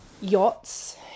yachts